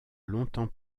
longtemps